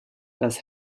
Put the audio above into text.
das